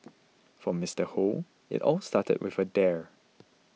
for Mister Hoe it all started with a dare